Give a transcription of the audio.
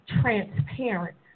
transparent